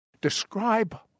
Describe